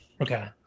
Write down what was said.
Okay